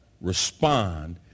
respond